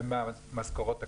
הן מהמשכורות הקטנות,